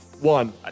One